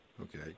Okay